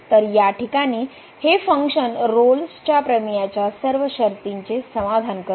तर या ठिकाणी हे फंक्शन रोल्सच्या प्रमेयाच्या सर्व शर्तींचे समाधान करते